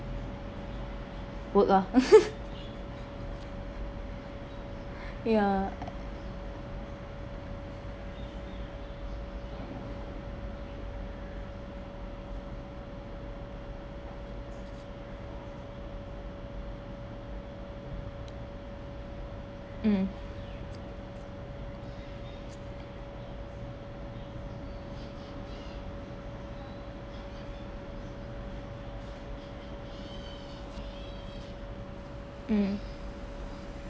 work ah ya mm mm